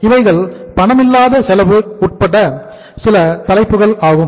இவைகள் பணமில்லாத செலவு உட்பட சில தலைப்புகள் ஆகும்